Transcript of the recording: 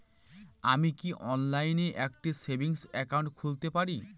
আমি কি অনলাইন একটি সেভিংস একাউন্ট খুলতে পারি?